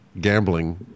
gambling